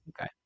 Okay